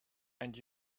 and